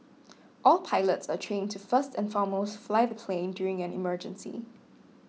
all pilots are trained to first and foremost fly the plane during an emergency